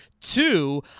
two